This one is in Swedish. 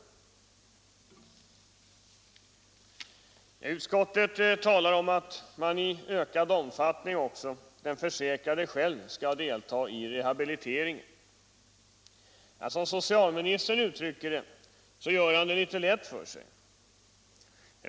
Utskottet talar om att också den försäkrade själv i ökad omfattning skall delta i rehabiliteringen. Som socialministern uttrycker det gör han det litet lätt för sig.